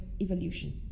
evolution